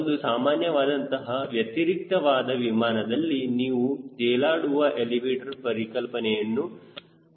ಒಂದು ಸಾಮಾನ್ಯವಾದಂತಹ ವ್ಯತಿರಿಕ್ತವಾದ ವಿಮಾನದಲ್ಲಿ ನೀವು ತೇಲಾಡುವ ಎಲಿವೇಟರ್ ಪರಿಕಲ್ಪನೆಯನ್ನು ಗಮನಿಸಿರಬಹುದು